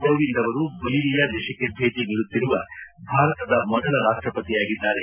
ಕೋವಿಂದ್ ಅವರು ಬೊಲಿವಿಯಾ ದೇಶಕ್ಷೆ ಭೇಟಿ ನೀಡುತ್ತಿರುವ ಭಾರತದ ಮೊದಲ ರಾಷ್ಟ್ರಪತಿ ಆಗಿದ್ದಾರೆ